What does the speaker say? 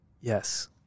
Yes